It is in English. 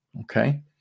Okay